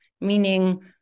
meaning